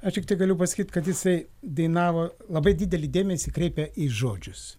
aš tiktai galiu pasakyt kad jisai dainavo labai didelį dėmesį kreipia į žodžius